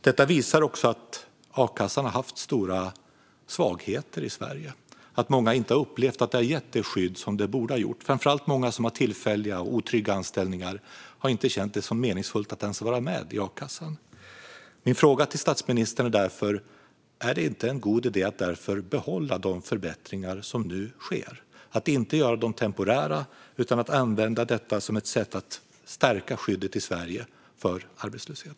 Detta visar också att a-kassan i Sverige har haft stora svagheter. Många har upplevt att den inte har gett det skydd som den borde ha gett. Framför allt många som har tillfälliga och otrygga anställningar har inte känt att det varit meningsfullt att ens vara med i a-kassan. Min fråga till statsministern är därför: Är det inte en god idé att behålla de förbättringar som nu sker så att de inte blir temporära? Detta skulle kunna användas som ett sätt att stärka skyddet i Sverige vid arbetslöshet.